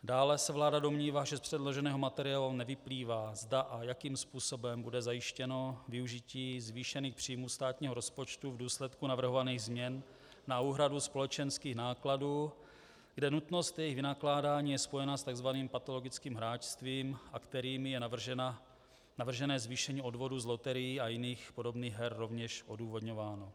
Dále se vláda domnívá, že z předloženého materiálu nevyplývá, zda a jakým způsobem bude zajištěno využití zvýšených příjmů státního rozpočtu v důsledku navrhovaných změn na úhradu společenských nákladů, kde nutnost jejich vynakládání je spojena s tzv. patologickým hráčstvím, a kterými je navržené zvýšení odvodů z loterií a jiných podobných her rovněž odůvodňováno.